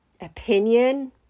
Opinion